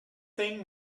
thing